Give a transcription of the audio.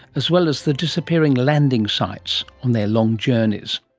as well as the disappearing landing sites on their long journeys